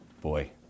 Boy